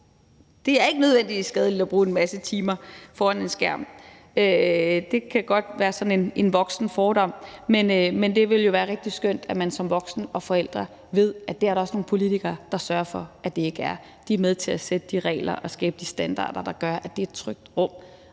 Det er ikke nødvendigvis skadeligt at bruge en masse timer foran en skærm. Det kan godt være sådan en voksenfordom at tro det, men det ville jo være rigtig skønt, hvis man som voksen og forælder vidste, at det var der nogle politikere der sørgede for at det ikke var, altså at politikerne er med til at sætte de regler og skabe de standarder, der gør, at det er et trygt rum